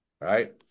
right